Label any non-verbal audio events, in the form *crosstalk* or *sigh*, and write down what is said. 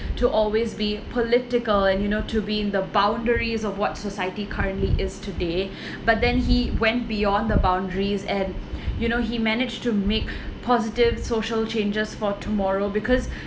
to always be political and you know to be in the boundaries of what society currently is today *breath* but then he went beyond the boundaries and *noise* you know he managed to make positive social changes for tomorrow because *breath*